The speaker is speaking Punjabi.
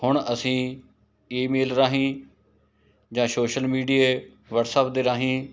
ਹੁਣ ਅਸੀਂ ਈਮੇਲ ਰਾਹੀਂ ਜਾਂ ਸ਼ੋਸ਼ਲ ਮੀਡੀਏ ਵੱਟਸਅੱਪ ਦੇ ਰਾਹੀਂ